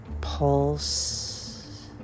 pulse